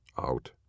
out